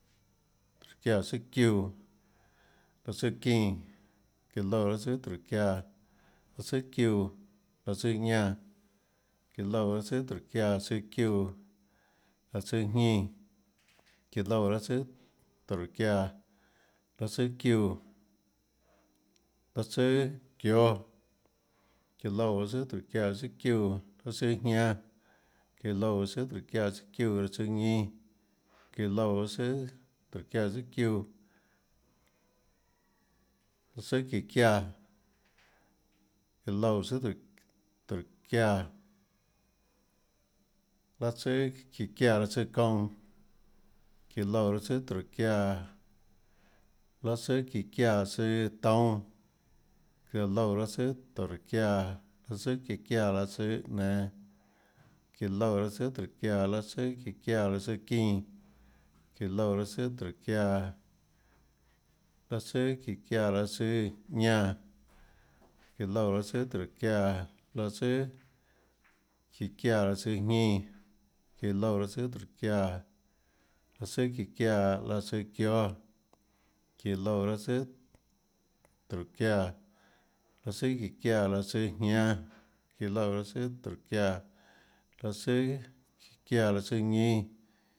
Tóhåçiáãtsùâ çiúã, raâ tsùâ çínã, iã loúã raâ tsùà tóhåçiáã tsùâ çiúã, raâ tsùâ ñánã, iã loúã raâ tsùà tóhåçiáã tsùâ çiúã raâ tsùâ jñínã, iã loúã raâ tsùà tóhåçiáã raâ tsùâ çiúã raâ tsùà çióâ, iã loúã raâ tsùà tóhåçiáã raâ tsùâ çiúã raâ tsùâ jñánâ, iã loúã raâ tsùà tóhåçiáã raâ tsùâ çiúã raâ tsùâ ñínâ, iã loúã raâ tsùà tóhåçiáã raâ tsùâ çiúã, raâ tsùà çiã çiáã, iã loúã raâ tsùà tóhå tóhåçiáã raâ tsùà çiã çiáã raâ tsùà çounã, iã loúã raâ tsùà tóhåçiáã raâ tsùà çiã çiáã tsùâ toúnâ, iã loúã raâ tsùà tóhåçiáã raâ tsùà çiã çiáã raâ tsùâ nenå, iã loúã raâ tsùà tóhåçiáã raâ tsùà çiã çiáã raâ tsùâ çínã, iã loúã raâ tsùà tóhåçiáã raâ tsùà çiã çiáã raâ tsùâ ñánã, iã loúã raâ tsùà tóhåçiáã raâ tsùà çiã çiáã raâ tsùâ jñínã, iã loúã raâ tsùà tóhåçiáã raâ tsùà çiã çiáã raâ tsùâ çióâ, iã loúã raâ tsùà tóhåçiáã raâ tsùà çiã çiáã raâ tsùâ jñánâ, iã loúã raâ tsùà tóhåçiáã raâ tsùà çiã çiáã raâ tsùâ ñínâ.